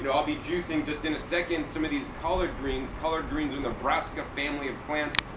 and i'll be juicing just in a second some of these collard greens. collard greens are the brassica family of plants,